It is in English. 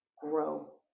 grow